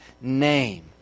name